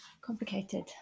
complicated